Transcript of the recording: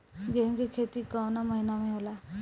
गेहूँ के खेती कवना महीना में होला?